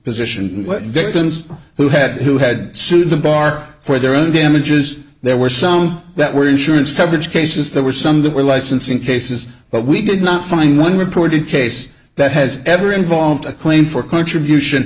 position victims who had who had sued the bar for their own damages there were some that were insurance coverage cases there were some that were licensing cases but we did not find one reported case that has ever involved a claim for contribution